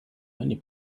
many